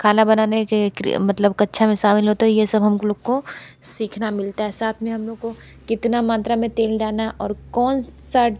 खाना बनाने के मतलब कक्षा में शामिल होते ही ये सब हम लोग को सीखने मिलता है साथ में हम लोग को कितना मात्रा में तेल डालना है और कौन सा